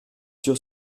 sur